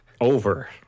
over